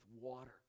water